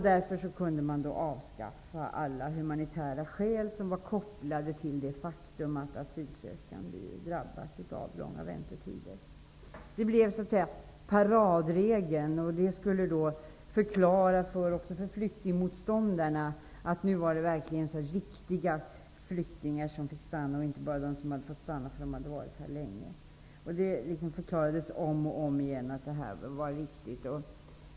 Därför kunde man avskaffa alla humanitära skäl som var kopplade till det faktum att asylsökande drabbas av långa väntetider. Det blev paradregeln. Det skulle förklara också för flyktingmotståndarna att det nu var riktiga flyktingar som fick stanna och inte bara de som varit här länge. Det förklarades om och om igen att detta var riktigt.